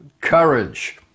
courage